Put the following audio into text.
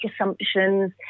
assumptions